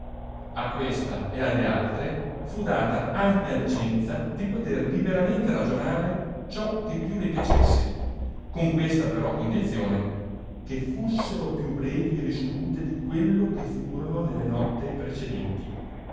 a questa e alle altre fu data ampia licenza di poter liberamente ragionare ciò che più le piacesse con questa però condizione che fussero piìi revi e risolute di quello che furono nelle notti precedenti